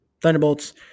Thunderbolts